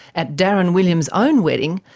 at darren williams' own wedding,